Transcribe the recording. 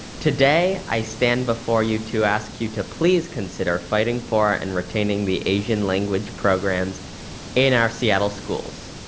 today i stand before you to ask you to please consider fighting for and retaining the asian language programs in our seattle schools.